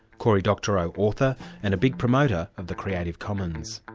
cory doctorow, author and a big promoter of the creative commons.